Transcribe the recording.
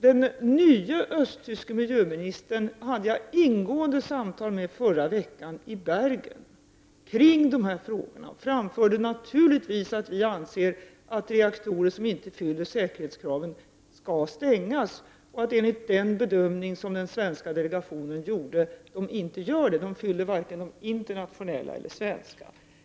Den nye östtyske miljöministern hade jag ett ingående samtal med i förra veckan i Bergen kring dessa frågor och framförde naturligtvis att vi anser att de reaktorer som inte fyller säkerhetskraven bör stängas samt att reaktorerna enligt den bedömning som den svenska delegationen gör inte fyller vare sig de internationella eller de svenska kraven.